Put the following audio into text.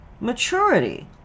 maturity